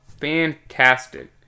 fantastic